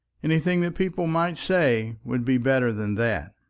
anything that people might say would be better than that.